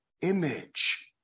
image